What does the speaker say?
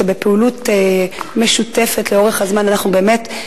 שבפעילות משותפת לאורך הזמן אנחנו באמת,